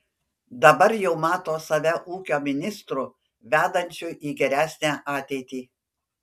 dabar jau mato save ūkio ministru vedančiu į geresnę ateitį